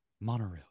Monorail